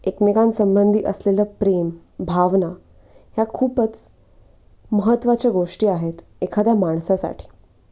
एकमेकांसंबंधी असलेलं प्रेम भावना ह्या खूपच महत्त्वाच्या गोष्टी आहेत एखाद्या माणसासाठी